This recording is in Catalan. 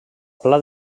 pla